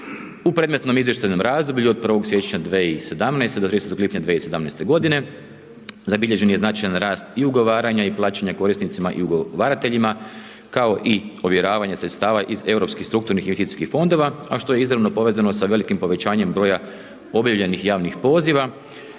u predmetnom izvještajnom razdoblju od 1. siječnja 2017. do 30. lipnja 2017.g. zabilježen je značajan rast i ugovaranja i plaćanja korisnicima i ugovarateljima, kao i ovjeravanje sredstava iz Europskih strukturnih i…/Govornik se ne razumije/…fondova, a što je izravno povezano sa velikim povećanjem broja objavljenih javnih poziva